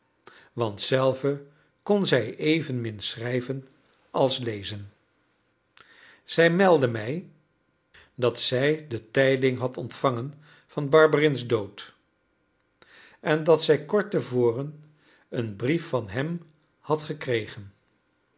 want zelve kon zij evenmin schrijven als lezen zij meldde mij dat zij de tijding had ontvangen van barberins dood en dat zij kort te voren een brief van hem had gekregen